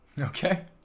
Okay